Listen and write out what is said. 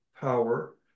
power